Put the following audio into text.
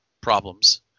problems